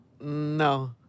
no